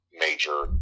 major